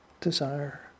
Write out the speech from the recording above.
desire